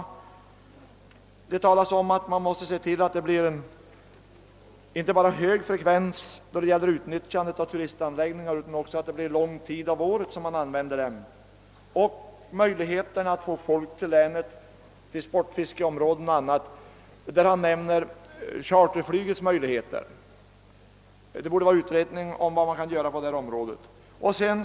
Vidare understryks att man måste tillse att det blir inte bara en hög besökandefrekvens på turistanläggningarna utan också en lång utnyttjandetid under året. Vidare framhålles önskvärdheten av att få folk till länets sportfiskeområden m.m., varvid möjligheter att använda charterflyg omnämnes. En utredning om vad som kan göras på detta område borde tillsättas.